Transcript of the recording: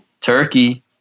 Turkey